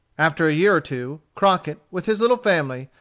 after a year or two, crockett, with his little family,